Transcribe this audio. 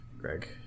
Greg